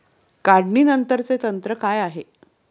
काढणीनंतरचे तंत्र काय आहे?